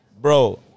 Bro